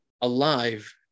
alive